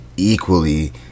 equally